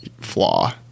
flaw